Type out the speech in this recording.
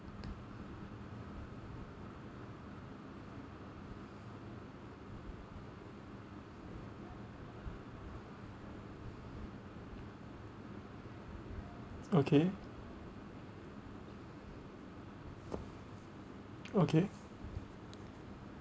okay okay